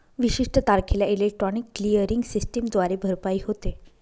विशिष्ट तारखेला electronic clearing सिस्टमद्वारे भरपाई होते